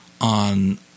on